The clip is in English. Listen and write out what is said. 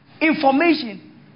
information